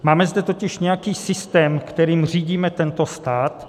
Máme zde totiž nějaký systém, kterým řídíme tento stát.